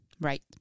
Right